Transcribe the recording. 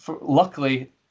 Luckily